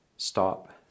stop